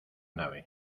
nave